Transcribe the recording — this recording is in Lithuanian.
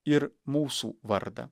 ir mūsų vardą